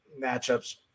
matchups